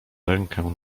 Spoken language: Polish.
rękę